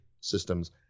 systems